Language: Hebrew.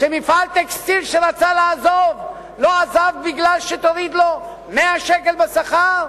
שמפעל טקסטיל שרצה לעזוב לא עזב כי תוריד לו 100 שקל בשכר?